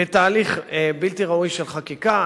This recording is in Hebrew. בתהליך בלתי ראוי של חקיקה?